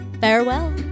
Farewell